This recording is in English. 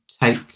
take